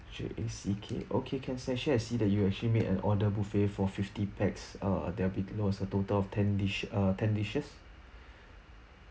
J A C K okay can so I see that you actually made an order buffet for fifty packs uh there will be loaded for a total of ten dish uh ten dishes